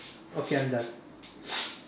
okay I'm done